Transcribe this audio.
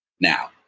Now